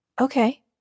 Okay